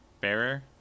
bearer